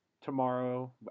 tomorrow